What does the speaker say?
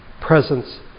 presence